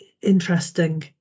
interesting